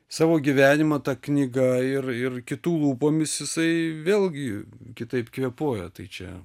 savo gyvenimą ta knyga ir ir kitų lūpomis jisai vėlgi kitaip kvėpuoja tai čia